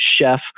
chef